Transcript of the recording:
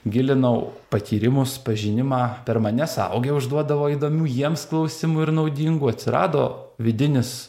gilinau patyrimus pažinimą per mane suaugę užduodavo įdomių jiems klausimų ir naudingų atsirado vidinis